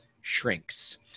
shrinks